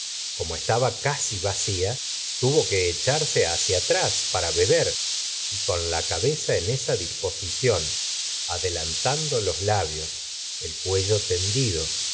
como estaba casi vacía tuvo que echarse hacia atrás para beber y con la cabeza en esta disposición adelantando los labios el cuello tendido